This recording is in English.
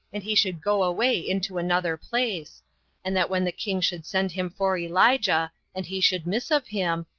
and he should go away into another place and that when the king should send him for elijah, and he should miss of him,